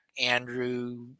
Andrew